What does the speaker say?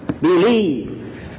believe